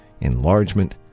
enlargement